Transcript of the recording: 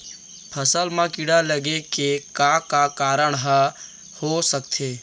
फसल म कीड़ा लगे के का का कारण ह हो सकथे?